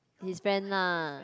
his friend lah